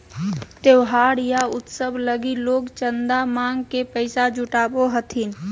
त्योहार या उत्सव लगी लोग चंदा मांग के पैसा जुटावो हथिन